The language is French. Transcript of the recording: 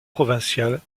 provinciale